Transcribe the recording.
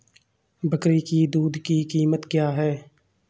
बकरी की दूध की कीमत क्या है?